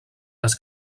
les